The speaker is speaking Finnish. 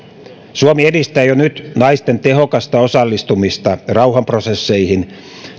suomi edistää jo nyt naisten tehokasta osallistumista rauhanprosesseihin